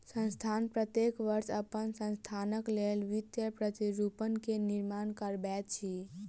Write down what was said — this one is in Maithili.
संस्थान प्रत्येक वर्ष अपन संस्थानक लेल वित्तीय प्रतिरूपण के निर्माण करबैत अछि